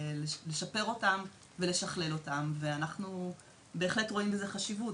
כמו גם הכוח לשפר אותם ולשכלל אותם ואנחנו בהחלט רואים בזה חשיבות.